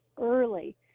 early